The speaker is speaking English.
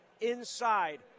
inside